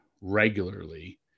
regularly